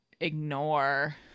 ignore